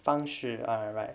方式 ah right